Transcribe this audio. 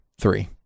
Three